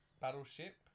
Battleship